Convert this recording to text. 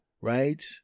Right